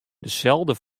deselde